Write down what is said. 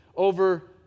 over